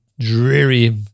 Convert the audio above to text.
dreary